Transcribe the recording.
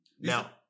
Now